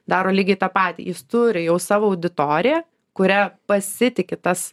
daro lygiai tą patį jis turi jau savo auditoriją kuria pasitiki tas